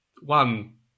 one